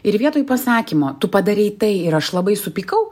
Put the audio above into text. ir vietoj pasakymo tu padarei tai ir aš labai supykau